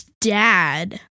dad